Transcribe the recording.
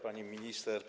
Pani Minister!